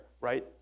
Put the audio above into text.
right